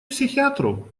психиатру